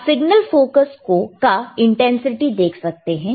आप signal focus का intensity देख सकते हैं